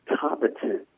competent